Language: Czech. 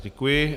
Děkuji.